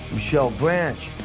michelle branch.